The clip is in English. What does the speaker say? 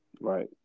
Right